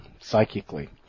psychically